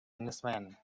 englishman